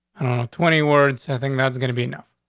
know. twenty words. i think that's gonna be enough.